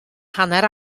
hanner